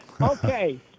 Okay